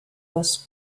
was